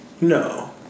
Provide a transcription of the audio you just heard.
No